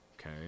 okay